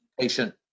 patient